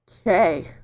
Okay